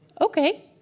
Okay